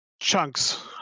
chunks